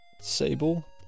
Sable